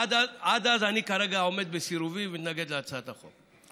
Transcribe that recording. עד אז אני כרגע עומד בסירובי ומתנגד להצעת החוק.